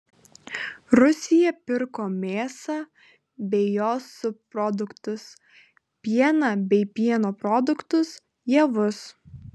rusija pirko mėsą bei jos subproduktus pieną bei pieno produktus javus